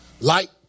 Light